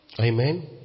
Amen